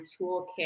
toolkit